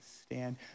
stand